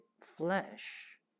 flesh